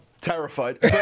terrified